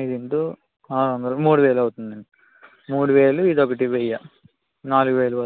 ఐదు ఇంటూ ఆరు వందలు మూడు వేలు అవుతుంది అండి మూడు వేలు ఇది ఒకటి వెయ్యి నాలుగు వేలు